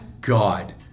God